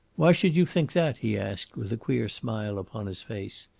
why should you think that? he asked, with a queer smile upon his face,